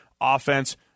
offense